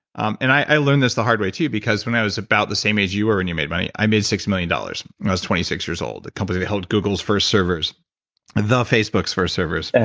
um and i i learned this the hard way too because when i was about the same age you were, when you made money, i made six million dollars, when i was twenty six years old. the company that held google's first servers the facebook's first servers. and